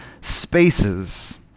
spaces